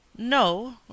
No